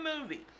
movie